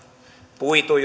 puitu